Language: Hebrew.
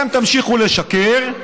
אתם תמשיכו לשקר,